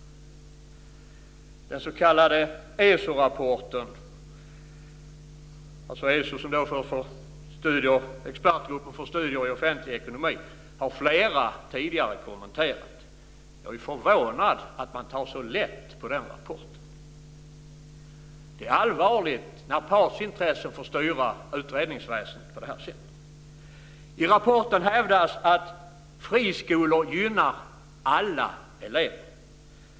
Den s.k. ESO-rapporten - ESO står för Expertgruppen för studier i offentlig ekonomi - har flera kommenterat tidigare. Jag är förvånad att man tar så lätt på den rapporten. Det är allvarligt när partsintressen får styra utredningsväsendet på det sättet. I rapporten hävdas att friskolor gynnar alla elever.